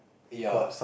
ya